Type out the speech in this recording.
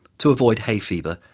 to avoid hay fever,